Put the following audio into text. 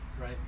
right